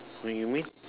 when you meet